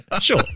sure